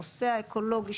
הנושא האקולוגי,